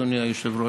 אדוני היושב-ראש.